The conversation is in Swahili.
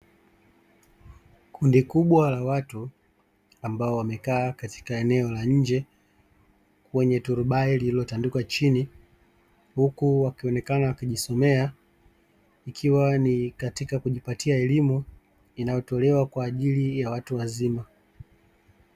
Kundi kubwa la watu ambao wamekaa katika eneo la nje kwenye turubai lililotandikwa chini huku wakionekena wakijisomea, ikiwa ni katika kujipatia elimu inayotolewa kwa ajili ya watu wazima.